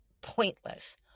pointless